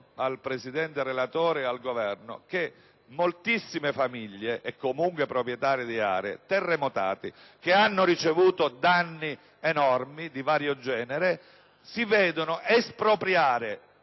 al rappresentante del Governo, che moltissime famiglie, comunque proprietarie di aree terremotate, che hanno ricevuto danni enormi di vario genere, si vedono espropriare,